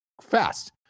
fast